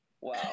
Wow